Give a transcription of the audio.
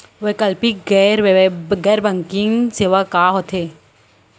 वैकल्पिक गैर बैंकिंग सेवा का होथे?